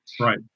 Right